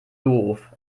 doof